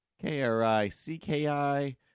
K-R-I-C-K-I